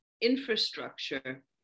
infrastructure